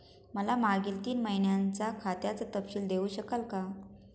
मला मागील तीन महिन्यांचा खात्याचा तपशील देऊ शकाल का?